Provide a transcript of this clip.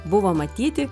buvo matyti